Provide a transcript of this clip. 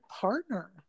partner